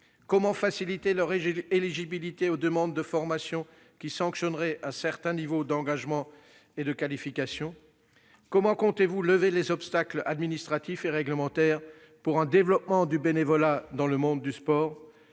Comment faciliter l'éligibilité des bénévoles aux formations, lesquelles sanctionneraient un certain niveau d'engagement et de qualification ? Comment comptez-vous lever les obstacles administratifs et réglementaires au développement du bénévolat dans le monde du sport ?